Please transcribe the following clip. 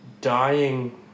dying